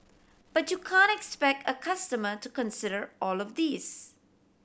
but you can't expect a customer to consider all of this